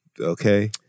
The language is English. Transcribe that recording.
Okay